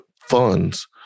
funds